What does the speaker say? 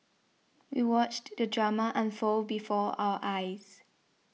we watched the drama unfold before our eyes